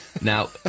Now